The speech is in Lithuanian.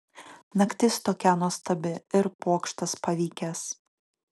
naktis tokia nuostabi ir pokštas pavykęs